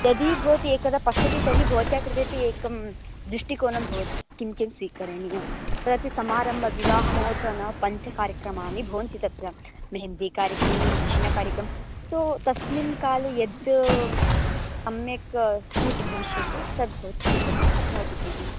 यदि भवती एकदा पश्यति तर्हि भवत्याः कृते अपि एकं दृष्टिकोनं भवति किं किं स्वीकरणीयं तदपि समारम्भे विवाहमहोत्सवः न पञ्च कार्यक्रमाः भवन्ति तत्र मेहेन्दिकार्यक्रमः अरिशिणकार्यक्रमः सो तस्मिन् काले यत् सम्यक् सूट् भविष्यति तद् भवती स्विकर्तुं शक्नोति खलु